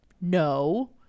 No